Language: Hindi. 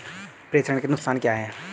प्रेषण के नुकसान क्या हैं?